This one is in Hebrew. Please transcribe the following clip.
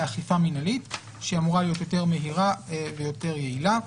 לאכיפה מינהלית שאמורה להיות יותר מהירה ויותר יעילה.